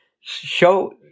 show